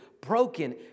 broken